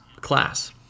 class